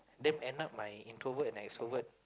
then end up my introvert and extrovert